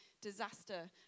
disaster